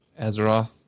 Azeroth